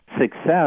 Success